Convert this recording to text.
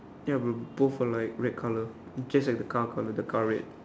ya bro both were like red colour just like the car colour the car red